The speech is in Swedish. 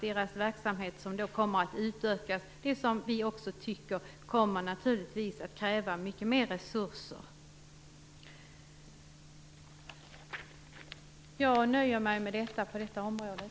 Deras verksamhet, som kommer att utökas, kommer naturligtvis att kräva mycket mer resurser. Jag nöjer mig med dessa ord på det här området.